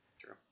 True